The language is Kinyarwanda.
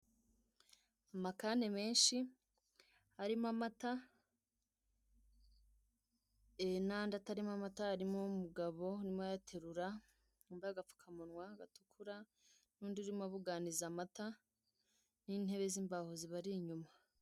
Amakane menshi arimo amata, n'andi atarimo amata. Harimo umugabo urimo urayaterura wambaye agapfukamunwa gatukura; n'undi urimo abuganiza amata n'intebe z'imbaho zibari inyuma.